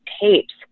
tapes